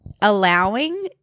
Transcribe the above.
allowing